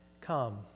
come